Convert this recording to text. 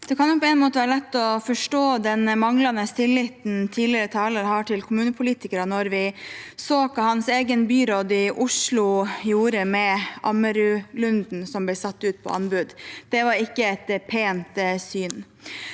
Det kan være lett å forstå den manglende tilliten tidligere taler har til kom munepolitikere, når vi ser hva hans egen byråd i Oslo gjorde med Ammerudlunden, som ble satt ut på anbud. Det var ikke et pent syn.